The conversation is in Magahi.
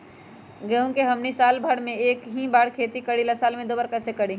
गेंहू के हमनी साल भर मे एक बार ही खेती करीला साल में दो बार कैसे करी?